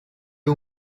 you